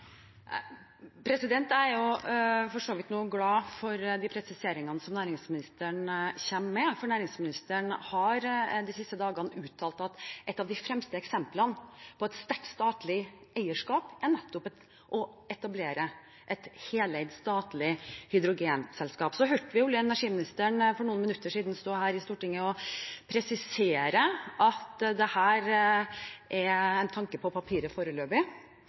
Jeg er for så vidt glad for de presiseringene næringsministeren nå kommer med, for næringsministeren har de siste dagene uttalt at et av de fremste eksemplene på et sterkt statlig eierskap nettopp er å etablere et heleid statlig hydrogenselskap. Vi hørte olje- og energiministeren for noen minutter siden stå her i Stortinget og presisere at dette er en tanke på papiret foreløpig